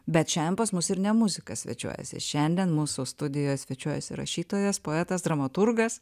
bet šiaen pas mus ir ne muzikas svečiuojasi šiandien mūsų studijoj svečiuojasi rašytojas poetas dramaturgas